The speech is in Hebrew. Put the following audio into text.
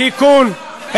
תיקון,